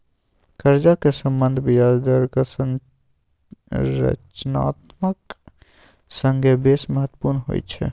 कर्जाक सम्बन्ध ब्याज दरक संरचनाक संगे बेस महत्वपुर्ण होइत छै